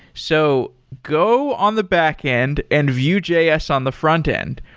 so go on the back-end and vue js on the front-end.